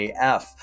AF